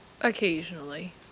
Occasionally